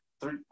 three